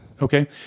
okay